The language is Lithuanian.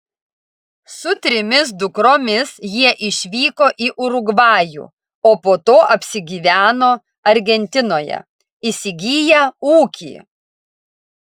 su trimis dukromis jie išvyko į urugvajų o po to apsigyveno argentinoje įsigiję ūkį